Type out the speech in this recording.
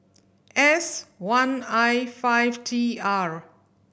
S one I five T R